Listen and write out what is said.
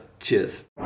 cheers